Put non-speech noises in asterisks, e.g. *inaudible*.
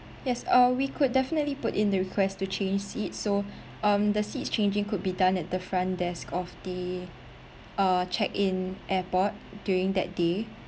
yes uh we could definitely put in the request to change seats so *breath* um the seats changing could be done at the front desk of the uh check-in airport during that day